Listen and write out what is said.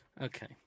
Okay